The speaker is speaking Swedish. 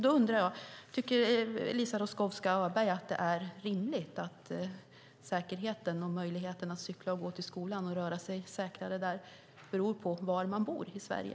Då undrar jag: Tycker Eliza Roszkowska Öberg att det är rimligt att säkerheten och möjligheten att cykla och gå till skolan och röra sig säkrare där beror på var man bor i Sverige?